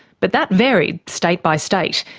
but that varied state by state,